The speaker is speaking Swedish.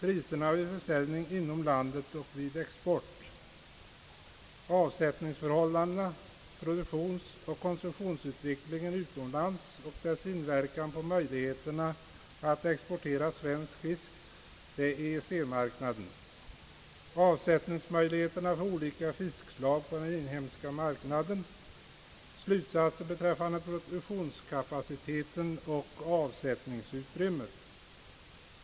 Herr talman! Jag har begärt ordet i denna fråga för att erinra om att på riksdagens bord ligger en proposition nr 59 med en rad förslag på fiskets område. Denna proposition kommer att föreslå hur organisationen skall byggas upp för att på rätt sätt tillvarata fiskets intresse.